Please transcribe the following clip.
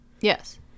Yes